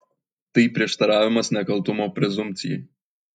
tai prieštaravimas nekaltumo prezumpcijai